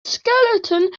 skeleton